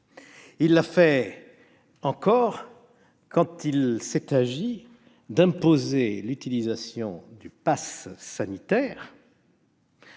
Il l'a fait, encore, quand il s'est agi d'imposer l'utilisation du passe sanitaire